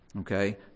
Okay